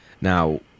Now